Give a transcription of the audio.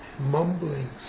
mumbling